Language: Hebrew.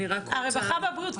הרווחה והבריאות,